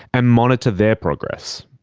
and monitor their progress.